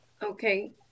Okay